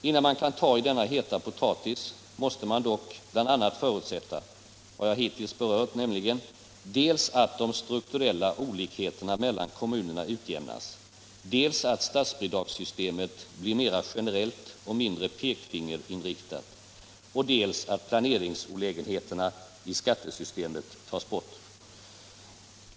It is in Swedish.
Innan man kan ta i denna heta potatis måste man dock bl.a. förutsätta vad jag hittills berört, nämligen dels att de strukturella olikheterna mellan kommunerna utjämnas, dels att statsbidragssystemet blir mera generellt och mindre pekfingerinriktat, dels att planeringsolägenheterna i skattesystemet tas bort.